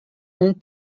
ont